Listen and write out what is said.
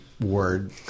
word